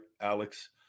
Alex